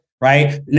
right